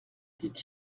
dit